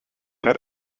that